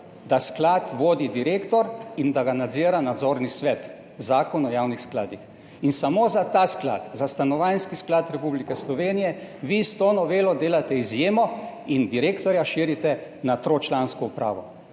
da sklad vodi direktor in da ga nadzira nadzorni svet – Zakon o javnih skladih. In samo za ta sklad, za Stanovanjski sklad Republike Slovenije, vi s to novelo delate izjemo in direktorja širite na tričlansko upravo.